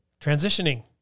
transitioning